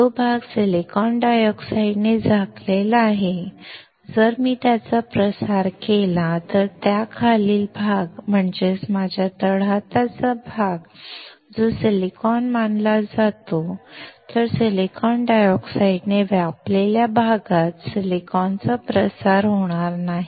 जो भाग सिलिकॉन डायऑक्साईडने झाकलेला आहे जर मी त्याचा प्रसार केला तर त्याखालील भाग म्हणजेच माझ्या तळहाताचा भाग जो सिलिकॉन मानला जातो तर सिलिकॉन डायऑक्साइडने व्यापलेल्या भागात सिलिकॉनचा प्रसार होणार नाही